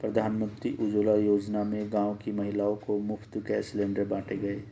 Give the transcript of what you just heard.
प्रधानमंत्री उज्जवला योजना में गांव की महिलाओं को मुफ्त गैस सिलेंडर बांटे गए